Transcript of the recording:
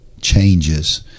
changes